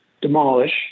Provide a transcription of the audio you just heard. demolish